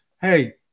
Hey